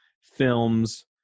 films